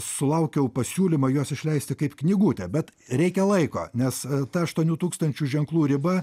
sulaukiau pasiūlymo juos išleisti kaip knygutę bet reikia laiko nes ta aštuonių tūkstančių ženklų riba